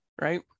right